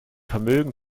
vermögen